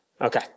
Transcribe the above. Okay